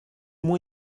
moins